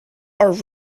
are